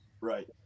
Right